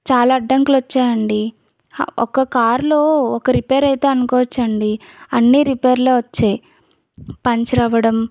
చాలా అడ్డంకులు వచ్చాయండి ఒక కారులో ఒక రిపేర్ అయితే అనుకోవచ్చు అండి అన్నీ రిపేర్లే వచ్చాయి పంచర్ అవ్వడం